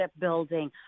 building